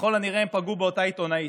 וככל הנראה הם פגעו באותה עיתונאית.